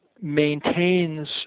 maintains